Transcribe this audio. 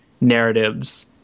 narratives